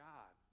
God